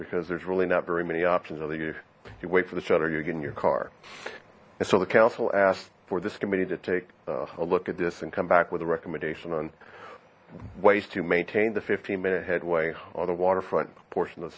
because there's really not very many options either you you wait for the shuttle you're getting your car and so the council asked for this committee to take a look at this and come back with a recommendation on ways to maintain the fifteen minute headway on the waterfront proportion